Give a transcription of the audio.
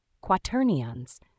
quaternions